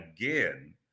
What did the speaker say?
again